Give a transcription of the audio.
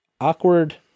awkward